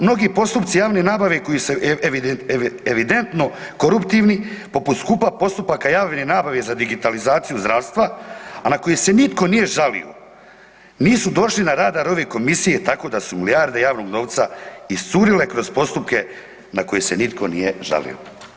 Mnogu postupci javne nabave koji su evidentno koruptivni, poput skupa postupaka javne nabave za digitalizaciju zdravstva a na koji se nitko nije žalio, nisu došli na radar ove komisije tako da su milijarde javnog novca iscurile kroz postupke na koje se nitko nije žalio.